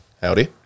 Howdy